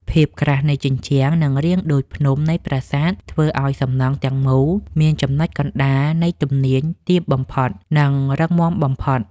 ភាពក្រាស់នៃជញ្ជាំង និង រាងដូចភ្នំនៃប្រាសាទធ្វើឱ្យសំណង់ទាំងមូលមានចំណុចកណ្តាលនៃទំនាញទាបបំផុត និង រឹងមាំបំផុត។